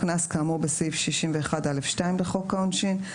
קנס כאמור בסעיף 61(א)(2) לחוק העונשין,